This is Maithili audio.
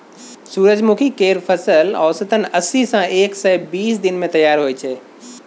सूरजमुखी केर फसल औसतन अस्सी सँ एक सय बीस दिन मे तैयार होइ छै